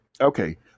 okay